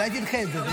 אולי תדחה את זה.